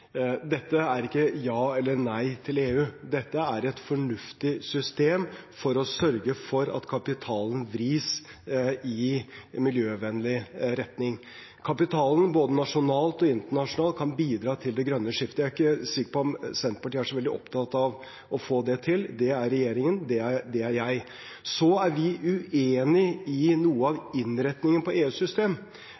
Dette er ikke ja eller nei til EU. Dette er et fornuftig system for å sørge for at kapitalen vris i miljøvennlig retning. Kapitalen, både nasjonalt og internasjonalt, kan bidra til det grønne skiftet. Jeg er ikke sikker på om Senterpartiet er så veldig opptatt av å få det til. Det er regjeringen, og det er jeg. Så er vi uenig i noe av